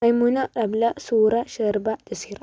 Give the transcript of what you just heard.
Yamuna Ramla Sura Sherba Lisira